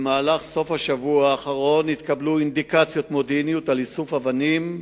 בסוף השבוע האחרון התקבלו אינדיקציות מודיעיניות לאיסוף אבנים,